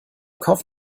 kauf